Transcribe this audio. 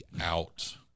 out